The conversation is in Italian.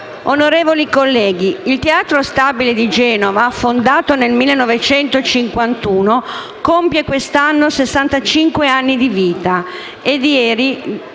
onorevoli colleghi, il Teatro Stabile di Genova, fondato nel 1951, compie quest'anno sessantacinque anni di vita e ieri,